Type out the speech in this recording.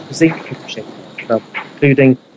including